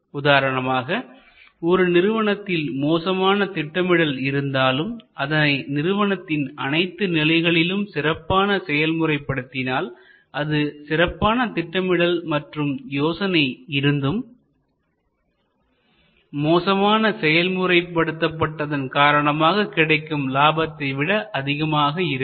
உதாரணமாக ஒரு நிறுவனத்தில் மோசமான திட்டமிடல் இருந்தாலும் அதனை நிறுவனத்தின் அனைத்து நிலைகளிலும் சிறப்பான செயல்முறைப்படுத்தினால் அது சிறப்பான திட்டமிடல் மற்றும் யோசனை இருந்தும் மோசமான செயல்முறைபடுத்தபட்டதன் காரணமாக கிடைக்கும் லாபத்தை விட அதிகமாக இருக்கும்